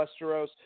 Westeros